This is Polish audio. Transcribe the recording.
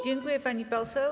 Dziękuję, pani poseł.